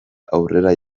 aurrera